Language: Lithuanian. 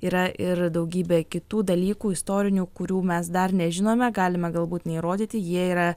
yra ir daugybė kitų dalykų istorinių kurių mes dar nežinome galime galbūt neįrodyti jie yra